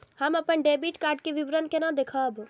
हम अपन debit card के विवरण केना देखब?